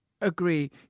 agree